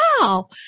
wow